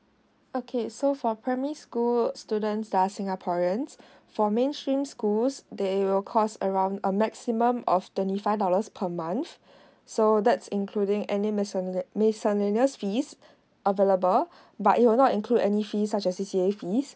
okay so for primary school student does singaporeans for mainstream schools they will cost around a maximum of twenty five dollars per month so that's including any miscella~ miscellaneous fees available but it will not include any fees such as C_C_A fees